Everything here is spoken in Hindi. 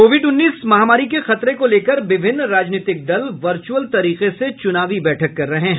कोविड उन्नीस महामारी के खतरे को लेकर विभिन्न राजनीतिक दल वर्चअल तरीके से चुनावी बैठक कर रहे हैं